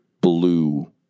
blue